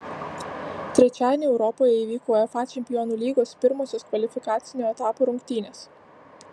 trečiadienį europoje įvyko uefa čempionų lygos pirmosios kvalifikacinio etapo rungtynės